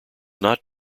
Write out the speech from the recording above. not